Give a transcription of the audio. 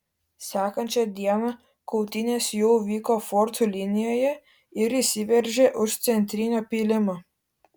sekančią dieną kautynės jau vyko fortų linijoje ir įsiveržė už centrinio pylimo